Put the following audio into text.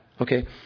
Okay